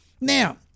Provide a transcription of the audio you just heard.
Now